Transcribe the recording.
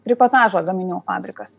trikotažo gaminių fabrikas